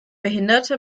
behinderte